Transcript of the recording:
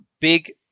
big